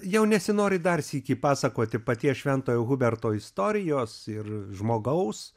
jau nesinori dar sykį pasakoti paties šventojo huberto istorijos ir žmogaus